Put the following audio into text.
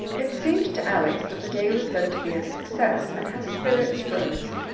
it seemed to alex that the day was going to be a success, and her spirits rose.